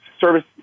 service